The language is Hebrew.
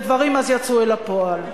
ודברים אז יצאו אל הפועל.